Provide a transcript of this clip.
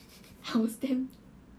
our stamp